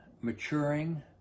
maturing